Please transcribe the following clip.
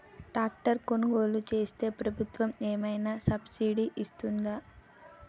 Tractor కొనుగోలు చేస్తే ప్రభుత్వం ఏమైనా సబ్సిడీ ఇస్తుందా?